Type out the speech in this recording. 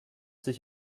sich